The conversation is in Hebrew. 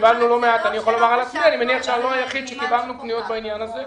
קיבלנו פניות בעניין הזה.